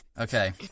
Okay